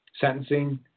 sentencing